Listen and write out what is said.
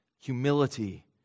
humility